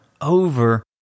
over